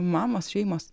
mamos šeimos